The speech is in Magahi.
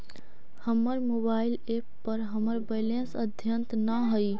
हमर मोबाइल एप पर हमर बैलेंस अद्यतन ना हई